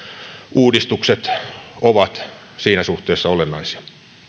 uudistukset ovat siinä suhteessa olennaisia